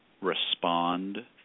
respond